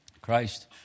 Christ